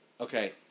Okay